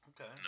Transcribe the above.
Okay